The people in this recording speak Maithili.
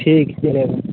ठीक फेर अएबै